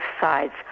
sides